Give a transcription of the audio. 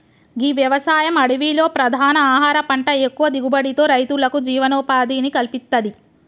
గీ వ్యవసాయం అడవిలో ప్రధాన ఆహార పంట ఎక్కువ దిగుబడితో రైతులకు జీవనోపాధిని కల్పిత్తది